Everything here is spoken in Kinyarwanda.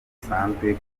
dusanzwe